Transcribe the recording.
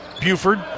Buford